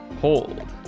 hold